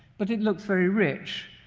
but it looks very rich,